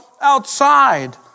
outside